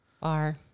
Far